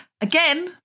again